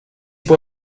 può